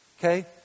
Okay